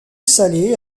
salé